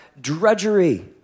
drudgery